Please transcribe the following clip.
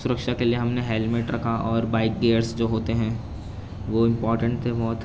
سرکھشا کے لیے ہم نے ہیلمٹ رکھا اور بائک گیئرس جو ہوتے ہیں وہ امپوٹینٹ تھے بہت